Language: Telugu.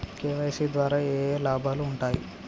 కే.వై.సీ ద్వారా ఏఏ లాభాలు ఉంటాయి?